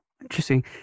interesting